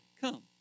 come